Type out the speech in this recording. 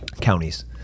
Counties